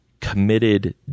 committed